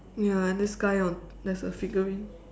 ya and this guy on there's a figurine